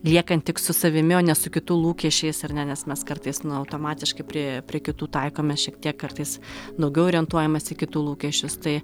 liekant tik su savimi o ne su kitų lūkesčiais ar ne nes mes kartais nu automatiškai pri prie kitų taikomės šiek tiek kartais daugiau orientuojamės į kitų lūkesčius tai